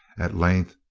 at length,